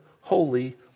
holy